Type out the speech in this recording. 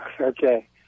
Okay